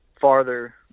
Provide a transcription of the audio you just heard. farther